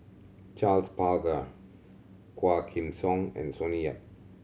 Charles Paglar Quah Kim Song and Sonny Yap